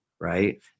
Right